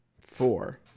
four